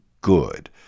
good